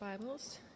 Bibles